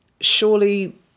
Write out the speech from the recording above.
surely